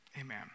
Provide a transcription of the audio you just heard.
Amen